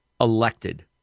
elected